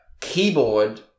keyboard